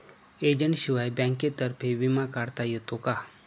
एजंटशिवाय बँकेतर्फे विमा काढता येतो का?